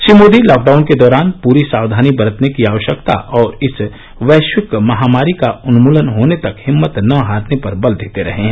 Shri Modi lockdown के दौरान पूरी सावधानी बरतने की आवश्यकता और इस वैश्विक महामारी का उन्मूलन होने तक हिम्मत न हारने पर बल देते रहे हैं